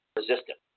resistant